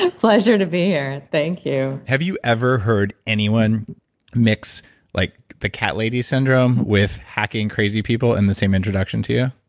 um pleasure to be here. thank you have you ever heard anyone mix like the cat lady syndrome with hacking crazy people in the same introduction to you?